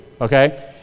Okay